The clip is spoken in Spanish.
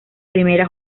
primera